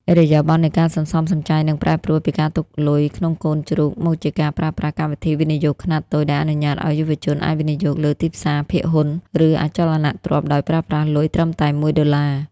ឥរិយាបថនៃការសន្សំសំចៃនឹងប្រែប្រួលពីការទុកលុយក្នុងកូនជ្រូក មកជាការប្រើប្រាស់ "កម្មវិធីវិនិយោគខ្នាតតូច" ដែលអនុញ្ញាតឱ្យយុវជនអាចវិនិយោគលើទីផ្សារភាគហ៊ុន ឬអចលនទ្រព្យដោយប្រើប្រាស់លុយត្រឹមតែ ១ ដុល្លារ។